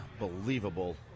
Unbelievable